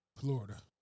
Florida